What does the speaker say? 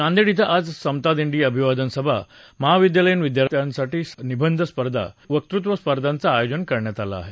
नांदेड इथं आज समता दिंडी अभिवादन सभा महाविद्यालयीन विद्यार्थ्यांसाठी निबंध स्पर्धा वकृत्व स्पर्धांचं आयोजन करण्यात आलं आहे